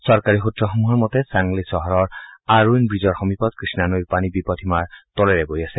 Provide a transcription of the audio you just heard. চৰকাৰী সূত্ৰসমূহৰ মতে চাংলি চহৰৰ আৰউইন ৱীজৰ সমীপত কৃষ্ণা নৈৰ পানী বিপদসীমাৰ তলেৰে বৈ আছে